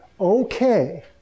Okay